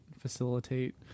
facilitate